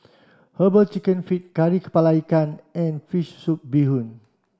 herbal chicken feet Kari Kepala Ikan and fish soup bee hoon